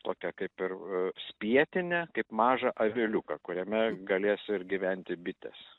tokią kaip ir spietinę kaip mažą aviliuką kuriame galės gyventi bitės